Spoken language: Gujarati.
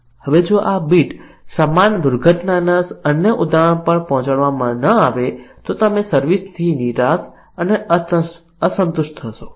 હવે જો આ બીટ સમાન દુર્ઘટનાના અન્ય ઉદાહરણ પર પહોંચાડવામાં ન આવે તો તમે સર્વિસ થી નિરાશ અને અસંતુષ્ટ થશો